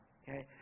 okay